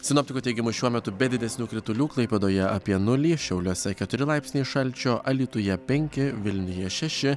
sinoptikų teigimu šiuo metu be didesnių kritulių klaipėdoje apie nulį šiauliuose keturi laipsniai šalčio alytuje penki vilniuje šeši